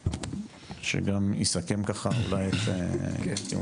אווקה, שגם יסכם ככה אולי את כהונתו.